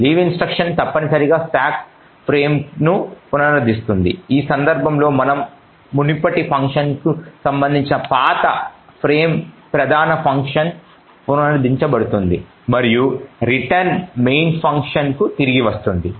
leave instruction తప్పనిసరిగా stack ఫ్రేమ్ను పునరుద్ధరిస్తుంది ఈ సందర్భంలో మునుపటి ఫంక్షన్కు సంబంధించిన పాత ఫ్రేమ్ ప్రధాన ఫంక్షన్ పునరుద్ధరించబడుతుంది మరియు రిటర్న్ మెయిన్ ఫంక్షన్ కు తిరిగి వస్తుంది